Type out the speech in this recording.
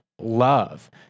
love